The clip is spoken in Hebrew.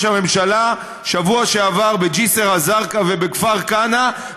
הממשלה בשבוע שעבר בג'יסר א-זרקא ובכפר כנא,